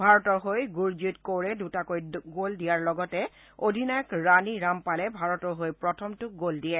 ভাৰতৰ হৈ গুৰজিৎ কৌৰে দুটাকৈ গল দিয়াৰ লগতে অধিনায়ক ৰাণী ৰামপালে ভাৰতৰ হৈ প্ৰথমটো গ'ল দিয়ে